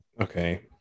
Okay